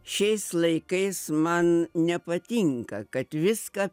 šiais laikais man nepatinka kad viską